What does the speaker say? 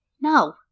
No